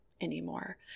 anymore